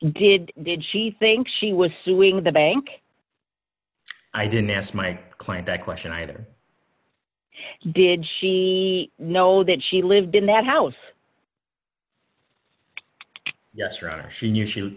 did did she think she was suing the bank i didn't ask my client that question either did she know that she lived in that house yes rather she knew she